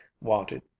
wanted